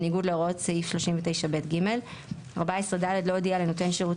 בניגוד להוראות סעיף 39ב(ג); (14ד) לא הודיע לנותן שירות